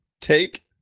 take